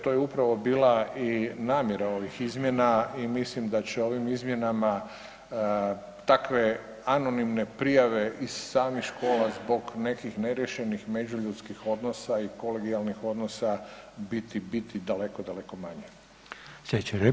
To je upravo bila i namjera ovih izmjena i mislim da će ovim izmjenama takve anonimne prijave iz samih škola zbog nekih neriješenih međuljudskih odnosa i kolegijalnih odnosa biti, biti daleko, daleko manje.